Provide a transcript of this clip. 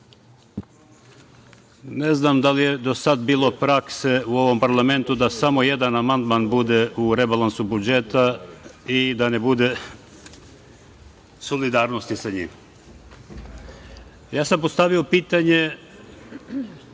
Ne znam da li je do sada bila praksa u ovom parlamentu da samo jedan amandman bude u rebalansu budžeta i da ne bude solidarnosti sa njim. Postavio sam pitanje